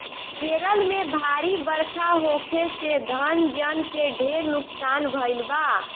केरल में भारी बरखा होखे से धन जन के ढेर नुकसान भईल बा